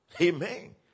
Amen